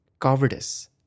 cowardice